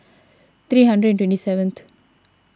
three hundred and twenty seventh